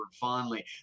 fondly